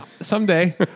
someday